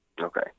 Okay